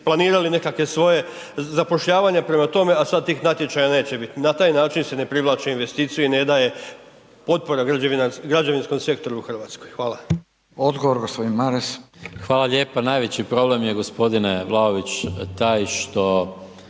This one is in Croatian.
planirali nekakve svoja zapošljavanja, prema tome, a sada tih natječaja neće biti. Na taj način se ne prihvaća investicije i ne daje potporu građevinskom sektoru u Hrvatskoj. Hvala. **Radin, Furio (Nezavisni)** Odgovor, gospodin Maras. **Maras, Gordan (SDP)** Hvala lijepo. Najveći problem je gospodine Vlaović taj što